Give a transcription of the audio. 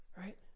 Right